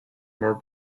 more